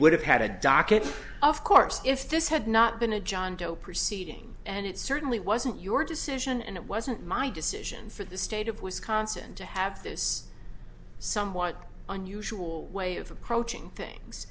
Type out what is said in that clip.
would have had a docket of course if this had not been a john doe proceeding and it certainly wasn't your decision and it wasn't my decision for the state of wisconsin to have this somewhat unusual way of approaching things